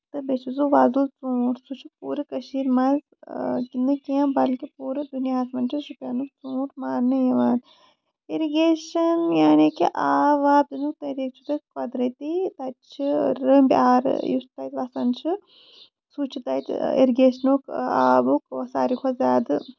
تہٕ بیٚیہِ چھُ سُہ وۄزُل ژوٗنٹھ سُہ چھُ پوٗرٕ کٔشیٖر منٛز نہٕ کیٚنہہ بٔلکہِ پوٗرٕ دُنیاہَس منٛز چھُ شُپینُک ژوٗنٹھ ماننہٕ یِوان ارگیشن آب واتُک طریٖقہٕ چھُ تَتھ قۄدرَتی تَتہِ چھُ رٔبۍ آرٕ یُس تَتہِ وَسان چھُ سُہ چھُ تَتہِ اِرگیشنُک آبُک ساروی کھۄتہٕ زیادٕ